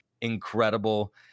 incredible